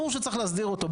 ברור שצריך להסדיר אותו,